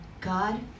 God